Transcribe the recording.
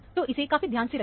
तो इस काफी ध्यान से रहिए